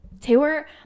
Taylor